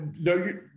no